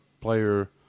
player